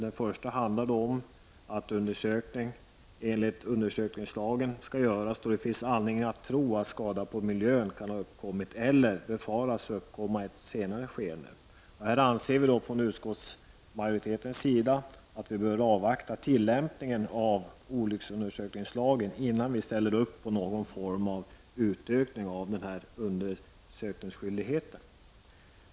Den första handlar om att en undersökning enligt undersökningslagen skall göras då det finns anledning att tro att skador på miljön kan ha uppkommit eller befaras uppkomma i ett senare skede. Här anser vid då från utskottsmajoritetens sida att vi bör avvakta tillämpningen av olycksundersökningslagen innan vi ställer upp på någon form av utökning av undersökningsskyldigheten.